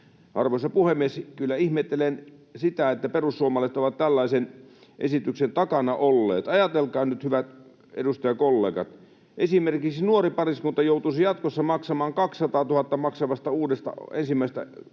Arvoisa puhemies! Kyllä ihmettelen sitä, että perussuomalaiset ovat tällaisen esityksen takana olleet. Ajatelkaa nyt, hyvät edustajakollegat. Esimerkiksi nuori pariskunta joutuisi jatkossa maksamaan 200 000 maksavasta uudesta, ensimmäiseksi kodiksi